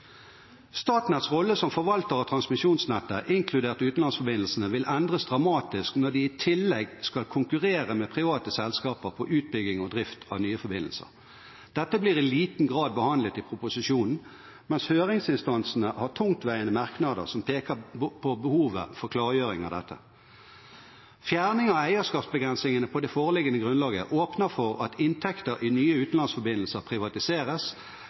Statnetts rolle som forvalter av transmisjonsnettet, inkludert utenlandsforbindelsene, vil endres dramatisk når de i tillegg skal konkurrere med private selskaper på utbygging og drift av nye forbindelser. Dette blir i liten grad behandlet i proposisjonen, mens høringsinstansene har tungtveiende merknader som peker på behovet for klargjøring av dette. Fjerning av eierskapsbegrensningene på det foreliggende grunnlaget åpner for at inntekter i nye utenlandsforbindelser privatiseres,